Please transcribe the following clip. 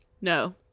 No